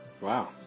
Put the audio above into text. Wow